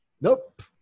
nope